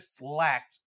lacked